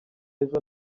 ejo